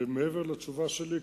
מעבר לתשובה שלי.